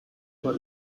war